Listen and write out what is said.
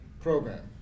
program